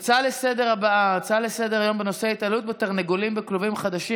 ההצעה לסדר-היום הבאה: התעללות בתרנגולים בכלובים חדשים